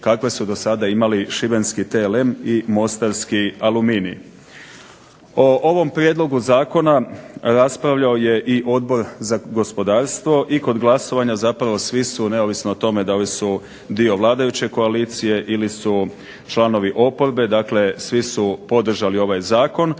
kakav su do sada imali Šibenski TLM i Mostarski aluminij. O ovom Prijedlogu zakona raspravljao je i Odbor za gospodarstva i kod glasovanja svi su neovisno o tome da li su dio vladajuće koalicije ili su članovi oporbe svi su podržali ovaj Zakon